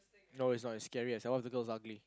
no it's not it's scary as hell what if the girl is ugly